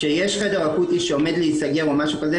כשיש חדר אקוטי שעומד להסגר או משהו כזה,